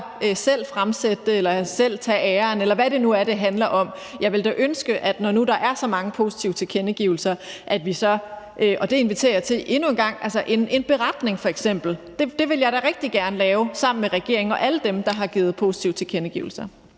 selv fremsætte det eller selv tage æren, eller hvad det nu er, det handler om. Jeg ville da ønske, når nu der er så mange positive tilkendegivelser, at vi så – og det inviterer jeg til endnu en gang – f.eks. laver en beretning. Det ville jeg da rigtig gerne lave sammen med regeringen og alle dem, der har givet positive tilkendegivelser.